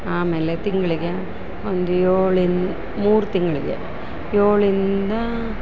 ಆಮೇಲೆ ತಿಂಗಳಿಗೆ ಒಂದು ಏಳಿಂದ ಮೂರು ತಿಂಗಳಿಗೆ ಏಳಿಂದ